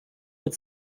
mit